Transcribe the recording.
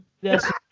Yes